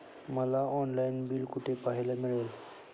मला online bill कुठे पाहायला मिळेल?